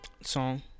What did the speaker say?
song